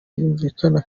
bumvikana